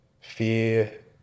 fear